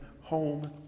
home